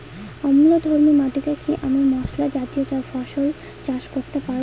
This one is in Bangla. অম্লধর্মী মাটিতে কি আমি মশলা জাতীয় ফসল চাষ করতে পারি?